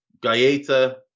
Gaeta